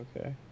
Okay